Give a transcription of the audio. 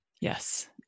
Yes